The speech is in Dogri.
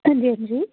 अंजी अंजी